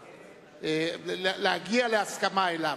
אפשר להגיע להסכמה עליו.